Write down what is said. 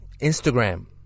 Instagram